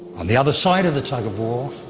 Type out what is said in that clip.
on the other side of the tug of war,